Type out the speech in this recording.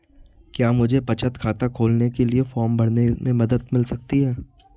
क्या मुझे बचत खाता खोलने के लिए फॉर्म भरने में मदद मिल सकती है?